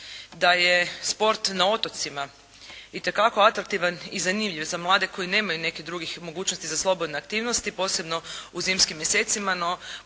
da je sport na otocima itekako atraktivan i zanimljiv za mlade koji nemaju nekih drugih mogućnosti za slobodne aktivnosti, posebno u zimskim mjesecima.